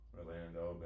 Orlando